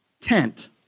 tent